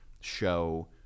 show